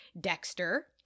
Dexter